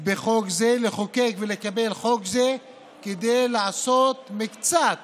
בחוק זה, לחוקק ולקבל חוק זה, כדי לעשות במקצת